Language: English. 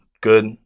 good